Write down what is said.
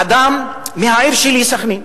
אדם מהעיר שלי, סח'נין,